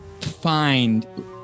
find